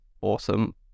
awesome